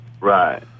Right